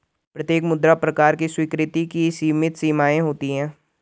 प्रत्येक मुद्रा प्रकार की स्वीकृति की सीमित सीमाएँ होती हैं